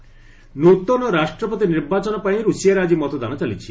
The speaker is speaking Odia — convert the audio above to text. ରୁଷିଆ ପୋଲ୍ସ ନୂତନ ରାଷ୍ଟ୍ରପତି ନିର୍ବାଚନ ପାଇଁ ରୁଷିଆରେ ଆଜି ମତଦାନ ଚାଲିଛି